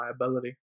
liability